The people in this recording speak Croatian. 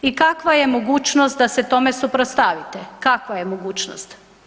I kakva je mogućnost da se tome suprotstavite, kakva je mogućnost?